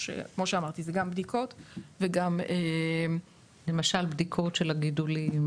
כמו שאמרתי אלו גם בדיקות וגם בדיקות של הגידולים,